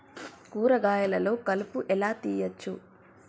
కూరగాయలలో కలుపు ఎలా తీయచ్చు?